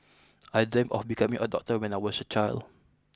I dreamt of becoming a doctor when I was a child